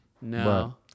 No